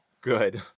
Good